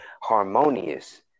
harmonious